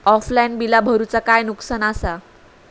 Offline बिला भरूचा काय नुकसान आसा?